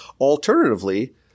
Alternatively